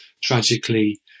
tragically